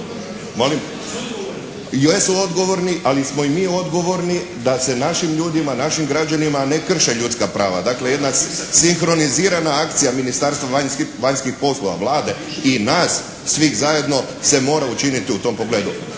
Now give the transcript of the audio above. ne razumije./ … Jesu odgovorni ali smo i mi odgovorni da se našim ljudima, našim građanima ne krše ljudska prava. Dakle jedna sinkronizirana akcija Ministarstva vanjskih poslova, Vlade i nas svih zajedno se mora učiniti u tom pogledu.